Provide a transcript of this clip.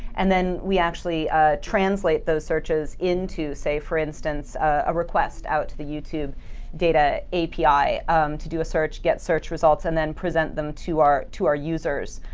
and then we actually translate those searches into, say, for instance, a request out to the youtube data api to do a search, get search results, and then present them to our to our users.